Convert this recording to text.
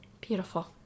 Beautiful